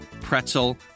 pretzel